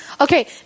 Okay